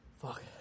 Fuck